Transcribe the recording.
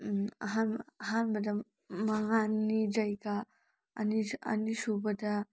ꯑꯍꯥꯟ ꯑꯍꯥꯟꯕꯗ ꯃꯉꯥꯅꯤ ꯖꯩꯒ ꯑꯅꯤ ꯑꯅꯤꯁꯨꯕꯗ